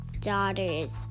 daughters